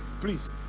please